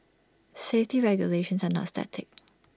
safety regulations are not static